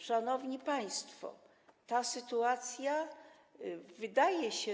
Szanowni państwo, ta sytuacja wydaje się.